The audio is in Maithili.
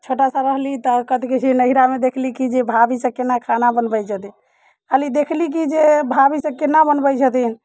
छोटा सा रहली तऽ कथि कहैत छै नहिरामे देखली कि जे भाभी सभकेँ केना खाना बनबैत छथिन कहली देखली कि जे भाभी सभ केना बनबैत छथिन